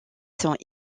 sont